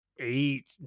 eight